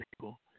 people